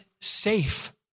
Safe